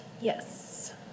Yes